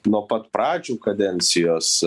nuo pat pradžių kadencijos